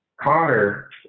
Connor